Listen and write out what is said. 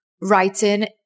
writing